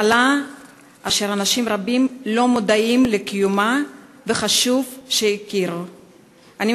מחלה אשר אנשים רבים לא מודעים לקיומה וחשוב שיכירו אותה.